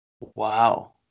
Wow